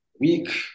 week